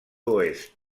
oest